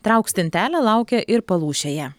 trauk stintelę laukia ir palūšėje